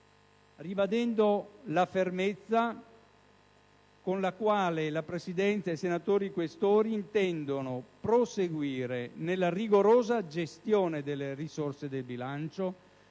ribadendo la fermezza con la quale la Presidenza e i senatori Questori intendono proseguire nella rigorosa gestione delle risorse di bilancio,